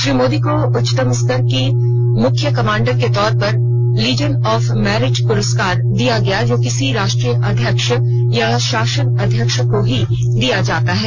श्री मोदी को उच्चतम स्तर के मुख्य कमांडर के तौर पर लीजन ऑफ मैरिट पुरस्कार दिया गया जो किसी राष्ट्राध्यक्ष या शासनाध्यक्ष को ही दिया जाता है